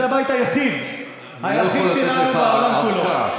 זה הבית היחיד שלנו בעולם כולו,